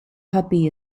puppy